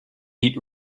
heat